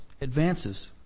advances